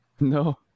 no